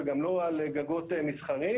וגם לא על גגות מסחריים,